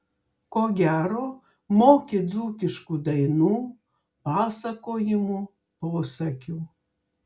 ko gero moki dzūkiškų dainų pasakojimų posakių